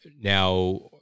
now